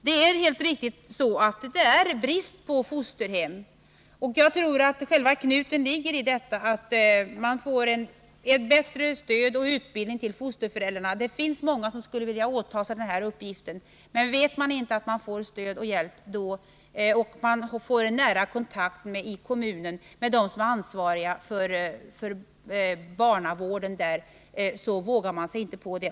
Det är helt riktigt att det är brist på fosterhem. Jag tror att lösningen på det problemet ligger just i att fosterföräldrarna ges ökat stöd och utbildning. Det finns många som skulle vilja åtaga sig den här uppgiften, men vet man inte att man får stöd och hjälp och en nära kontakt med de ansvariga för barnavården i kommunen vågar man inte göra det.